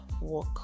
work